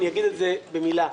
אגיד במלה.